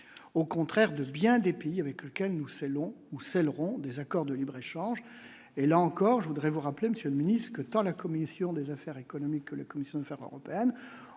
au contraire, de bien des pays avec lequel nous saluons ou Celeron des accords de libre- échange, et là encore, je voudrais vous rappeler, Monsieur le Ministre, que tant la commission des affaires économiques que la Commission de faire européennes